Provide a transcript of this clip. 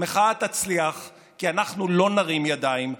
המחאה תצליח כי אנחנו לא נרים ידיים.